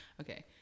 Okay